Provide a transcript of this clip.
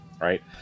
right